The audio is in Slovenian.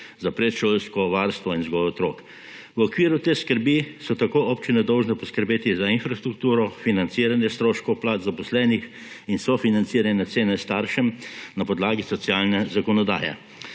za predšolsko varstvo in vzgojo otrok. V okviru te skrbi so tako občine dolžne poskrbeti za infrastrukturo, financiranje stroškov, plač zaposlenih in sofinanciranje cene staršem na podlagi socialne zakonodaje.